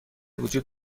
وجود